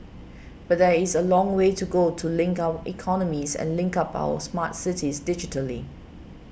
but there is a long way to go to link our economies and link up our smart cities digitally